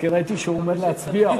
כי ראיתי שהוא ממהר להצביע,